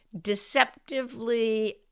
deceptively